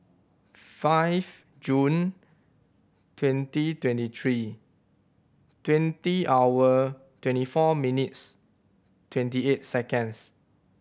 five June twenty twenty three twenty hour twenty four minutes twenty eight seconds